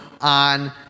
on